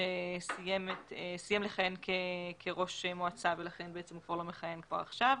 שסיים לכהן כראש מועצה ולכן הוא כבר לא מכהן כבר עכשיו,